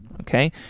okay